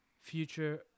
future